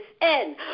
end